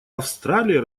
австралия